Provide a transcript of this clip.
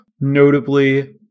Notably